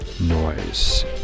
noise